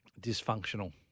dysfunctional